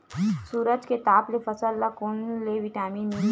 सूरज के ताप ले फसल ल कोन ले विटामिन मिल थे?